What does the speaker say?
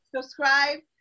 Subscribe